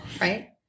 right